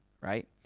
Right